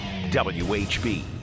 WHB